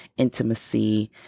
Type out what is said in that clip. intimacy